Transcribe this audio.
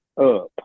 up